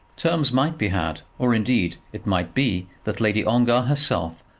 terms might be had or, indeed, it might be that lady ongar herself,